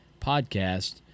podcast